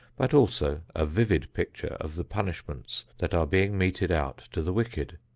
but also a vivid picture of the punishments that are being meted out to the wicked.